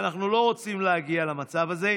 ואנחנו לא רוצים להגיע למצב הזה.